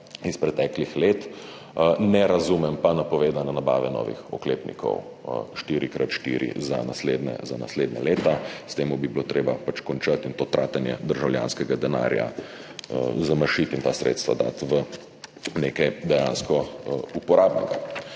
iz preteklih let. Ne razumem pa napovedane nabave novih oklepnikov 4x4 za naslednja leta. S tem bi bilo treba pač končati in to tratenje državljanskega denarja zamašiti in ta sredstva dati v nekaj dejansko uporabnega.